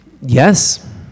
Yes